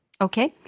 Okay